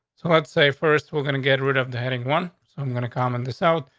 so let's say first, we're gonna get rid of the heading one. so i'm gonna comment this out.